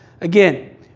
Again